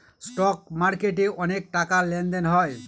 stock মার্কেটে অনেক টাকার লেনদেন হয়